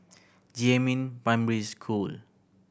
Jiemin Primary School